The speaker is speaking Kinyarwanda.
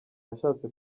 yashatse